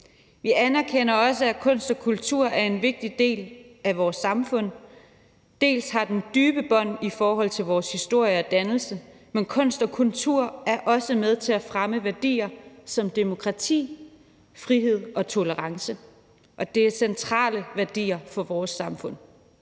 Vi anerkender også, at kunst og kultur er en vigtig del af vores samfund. De knytter dybe bånd i forhold til vores historie og dannelse, men kunst og kultur er også med til at fremme værdier som demokrati, frihed og tolerance, og det er centrale værdier for vores samfund.